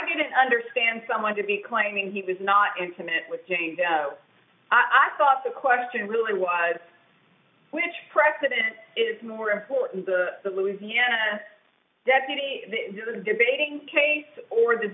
didn't understand someone to be claiming he was not intimate with saying i thought the question really was which president is more important to the louisiana deputy than debating case or does